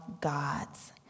God's